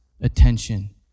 attention